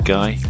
Guy